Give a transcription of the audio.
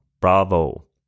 Bravo